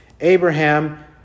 Abraham